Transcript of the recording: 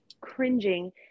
cringing